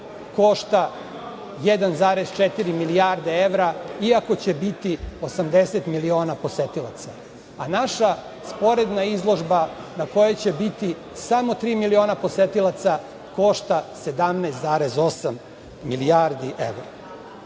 košta 1,4 milijarde evra, iako će biti 80 miliona posetilaca, a naša sporedna izložba na kojoj će biti samo tri miliona posetilaca košta 17,8 milijardi evra.